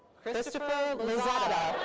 christopher lozada.